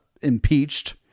impeached